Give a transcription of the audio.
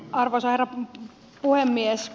arvoisa herra puhemies